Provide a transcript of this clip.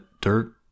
dirt